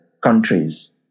countries